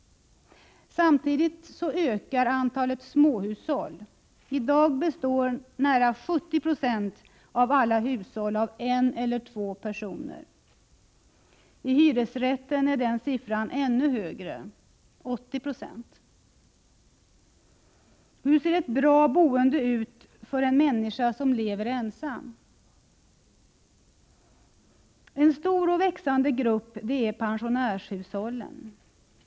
Samtidigt ökar antalet småhushåll. I dag består nära 70 96 av alla hushåll av en eller två personer. I hyresrätten är den siffran ännu högre — 80 90. Hur ser ett bra boende ut för en människa som lever ensam? En stor och växande grupp är pensionärshushållen.